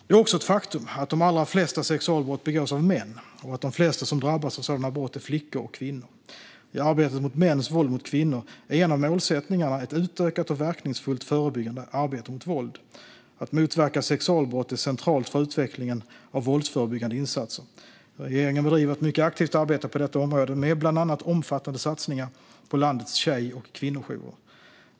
Det är också ett faktum att de allra flesta sexualbrott begås av män och att de flesta som drabbas av sådana brott är flickor och kvinnor. I arbetet mot mäns våld mot kvinnor är en av målsättningarna ett utökat och verkningsfullt förebyggande arbete mot våld. Att motverka sexualbrott är centralt för utvecklingen av våldsförebyggande insatser. Regeringen bedriver ett mycket aktivt arbete på detta område, med bland annat omfattande satsningar på landets tjej och kvinnojourer.